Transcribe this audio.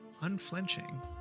unflinching